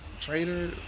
trader